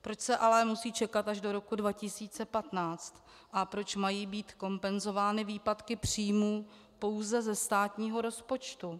Proč se ale musí čekat až do roku 2015 a proč mají být kompenzovány výpadky příjmů pouze ze státního rozpočtu?